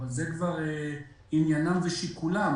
אבל זה כבר עניינם ושיקולם.